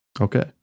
Okay